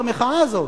במחאה הזאת.